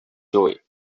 joey